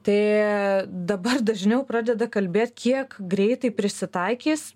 tai dabar dažniau pradeda kalbėt kiek greitai prisitaikys